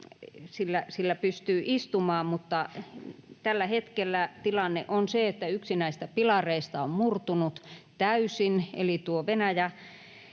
tukevasti istumaan, mutta tällä hetkellä tilanne on se, että yksi näistä pilareista on murtunut täysin, eli tuo Venäjän